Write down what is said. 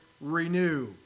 renew